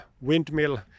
windmill